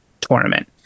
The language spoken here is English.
tournament